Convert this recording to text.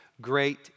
great